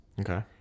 Okay